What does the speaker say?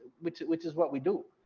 which which is what we do.